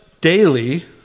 daily